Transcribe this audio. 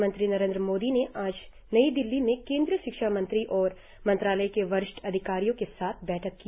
प्रधानमंत्री नरेन्द्र मोदी ने आज नई दिल्ली में केन्द्रीय शिक्षा मंत्री और मंत्रालय के वरिष्ठ अधिकारियों के साथ बैठक की